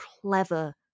clever